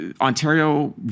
Ontario